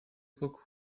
koko